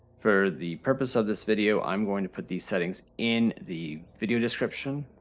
for the purpose of this video, i'm going to put these settings in the video description.